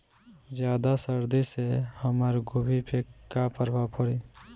ज्यादा सर्दी से हमार गोभी पे का प्रभाव पड़ी?